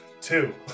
Two